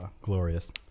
glorious